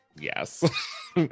yes